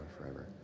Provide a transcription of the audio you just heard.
forever